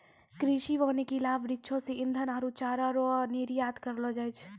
कृषि वानिकी लाभ वृक्षो से ईधन आरु चारा रो निर्यात करलो जाय छै